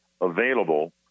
available